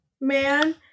man